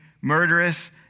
murderous